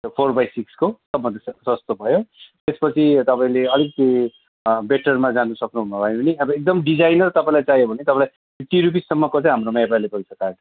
four by सिक्सको सबभन्दा सस्तो भयो त्यसपछि तपाईँले अलिकति बेटरमा जानु सक्नुभयो भने अब एकदम डिजाइनर तपाईँलाई चाहियो भने तपाईँलाई फिफ्टी रुपिससम्मको चाहिँ हाम्रोमा एभाइलेबल छ कार्ड